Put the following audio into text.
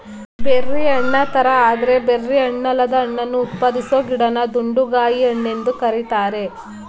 berry ಹಣ್ಣುತರ ಆದ್ರೆ berry ಹಣ್ಣಲ್ಲದ ಹಣ್ಣನ್ನು ಉತ್ಪಾದಿಸೊ ಗಿಡನ ದುಂಡುಗಾಯಿ ಹಣ್ಣೆಂದು ಕರೀತಾರೆ